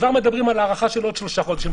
כבר מדברים על הארכה של עוד שלושה חודשים.